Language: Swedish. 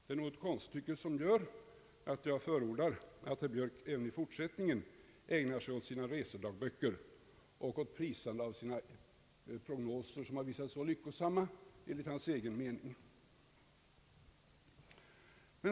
Det är ett konststycke som gör att jag förordar, att herr Björk även i fortsättningen ägnar sig åt sina resedagböcker samt åt prisandet av sina prognoser, som har visat sig vara så lyckosamma enligt hans egen mening.